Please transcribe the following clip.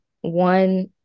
one